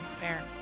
Fair